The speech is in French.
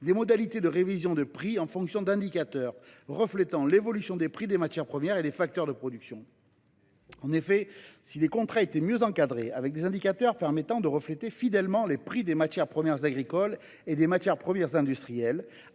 des modalités de révision des prix en fonction d’indicateurs reflétant l’évolution des coûts des matières premières et des facteurs de production. En effet, si ces contrats étaient mieux encadrés, s’ils contenaient des indicateurs rendant compte fidèlement des prix des matières premières agricoles (MPA) et industrielles